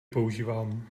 používám